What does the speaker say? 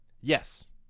yes